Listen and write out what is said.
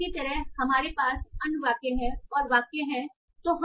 इसी तरह हमारे पास अन्य वाक्य और वाक्य हैं संदर्भ समय 1750